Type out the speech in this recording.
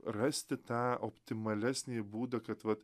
rasti tą optimalesnį būdą kad va